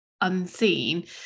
unseen